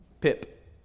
Pip